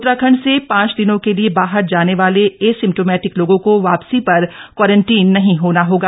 उत्तराखंड से पांच दिनों के लिए बाहर जाने वाले एसिम्टोमैटिक लोगों को वापसी पर क्वारनटीन नहीं होना होगा